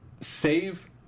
save